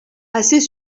assez